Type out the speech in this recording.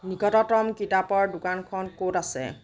নিকটতম কিতাপৰ দোকানখন ক'ত আছে